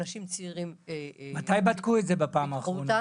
אנשים צעירים פיתחו אותה